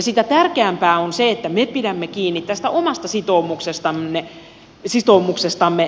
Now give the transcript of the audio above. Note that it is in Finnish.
sitä tärkeämpää on se että me pidämme kiinni tästä omasta sitoumuksestamme